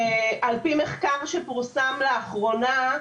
על פי מחקר שפורסם לאחרונה,